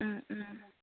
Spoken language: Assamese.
অঁ অঁ